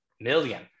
million